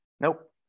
Nope